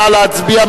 נא להצביע.